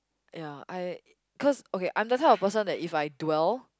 ya I cause okay I'm that kind of person if I do well